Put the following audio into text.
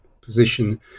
position